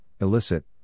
illicit